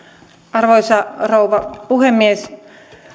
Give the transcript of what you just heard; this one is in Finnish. arvoisa rouva puhemies